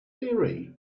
theory